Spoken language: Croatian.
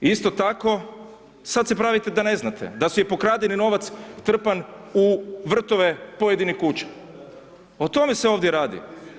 Isto tako, sad se pravite da ne znate, da su i pokradeni novac trpan u vrtove pojedinih kuća, o tome se ovdje radi.